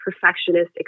perfectionist